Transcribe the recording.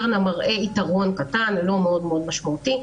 מודרנה מראה יתרון קטן ולא מאוד מאוד משמעותי,